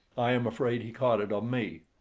i am afraid he caught it of me.